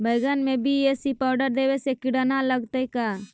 बैगन में BAC powder देबे से किड़ा न लगतै का?